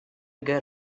good